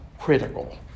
critical